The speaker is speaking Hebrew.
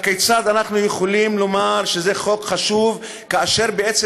כיצד אנחנו יכולים לומר שזה חוק חשוב כאשר בעצם